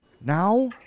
Now